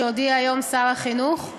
שעליו הודיע היום שר החינוך.